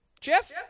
Jeff